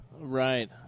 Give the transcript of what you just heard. Right